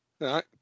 right